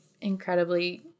incredibly